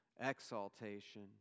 exaltation